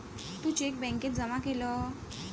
तू check बॅन्केत जमा केलं?